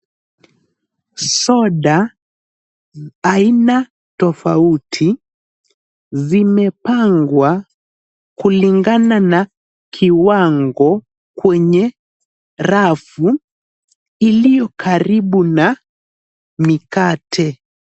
Soda aina tofauti zimepangwa kulingana na kiwango kwenye rafu iliyo karibu na mikate.